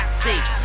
see